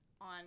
on